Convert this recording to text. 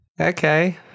okay